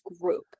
group